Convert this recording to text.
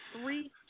three